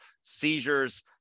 seizures